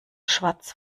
schwarz